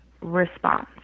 response